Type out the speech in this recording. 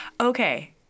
Okay